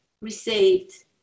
received